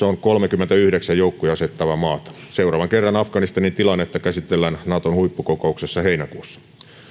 on kolmekymmentäyhdeksän joukkoja asettavaa maata seuraavan kerran afganistanin tilannetta käsitellään naton huippukokouksessa heinäkuussa